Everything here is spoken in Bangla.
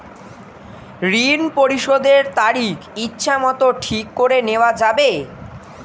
ঋণ পরিশোধের তারিখ ইচ্ছামত ঠিক করে নেওয়া যাবে?